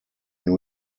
new